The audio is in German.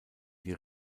die